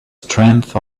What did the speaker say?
strength